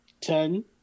Ten